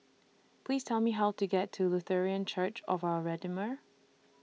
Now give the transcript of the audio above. Please Tell Me How to get to Lutheran Church of Our Redeemer